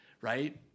right